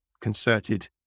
concerted